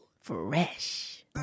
fresh